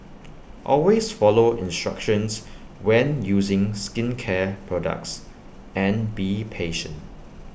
always follow instructions when using skincare products and be patient